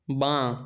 বাঁ